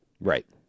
Right